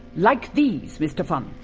like these, mr funn!